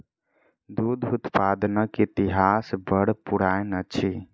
दूध उत्पादनक इतिहास बड़ पुरान अछि